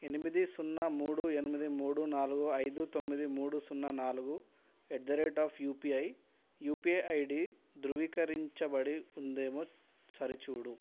ఎనిమిది సున్నా మూడు ఎనిమిది మూడు నాలుగు ఐదు తొమ్మిది మూడు సున్నా నాలుగు at the rate of UPI UPI ID ధృవీకరించబడి ఉందేమో సరిచూడు